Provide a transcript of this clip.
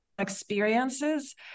experiences